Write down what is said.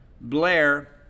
Blair